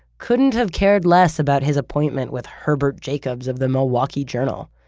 couldn't have cared less about his appointment with herbert jacobs of the milwaukee journal.